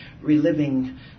reliving